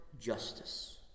justice